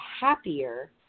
happier